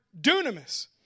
dunamis